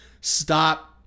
stop